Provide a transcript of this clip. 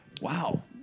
Wow